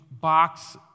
box